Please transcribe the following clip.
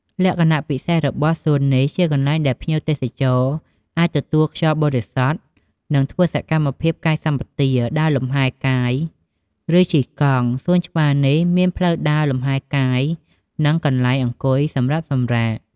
លក្ខណៈពិសេសរបស់់សួននេះជាកន្លែងដែលភ្ញៀវទេសចរអាចទទួលខ្យល់បរិសុទ្ធ និងធ្វើសកម្មភាពកាយសម្បទា ដើរលំហែកាយ ឬជិះកង់ សួនច្បារនេះមានផ្លូវដើរលំហែកាយ និង កន្លែងអង្គុយសម្រាប់សម្រាក។